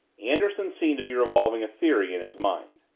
anderson seemed to be revolving a theory in his mind.